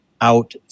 out